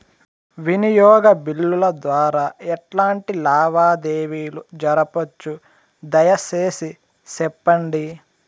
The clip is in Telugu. వినియోగ బిల్లుల ద్వారా ఎట్లాంటి లావాదేవీలు జరపొచ్చు, దయసేసి సెప్పండి?